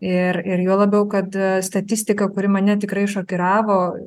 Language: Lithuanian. ir ir juo labiau kad statistika kuri mane tikrai šokiravo